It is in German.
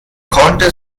konnte